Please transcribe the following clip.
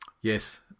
Yes